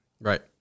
Right